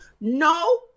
No